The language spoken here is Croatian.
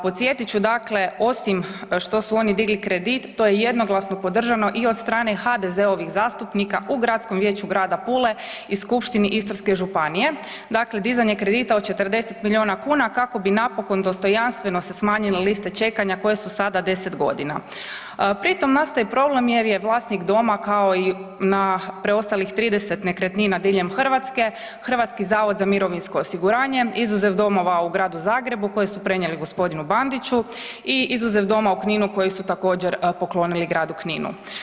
Podsjetit ću dakle osim što su oni digli kredit, to je jednoglasno podržano i od strane HDZ-ovih zastupnika u Gradskom vijeću grada Pule i Skupštini istarske županije, dakle dizanje kredita od 40 milijuna kuna kako bi napokon dostojanstveno se smanjile liste čekanja koje su sada 10.g. Pri tom nastaje problem jer je vlasnik doma, kao i na preostalih 30 nekretnina diljem Hrvatske HZMO izuzev domova u Gradu Zagrebu koje su prenijeli g. Bandiću i izuzev doma u Kninu koji su također poklonili gradu Kninu.